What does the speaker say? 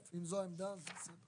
טוב, אם זו העמדה אז בסדר.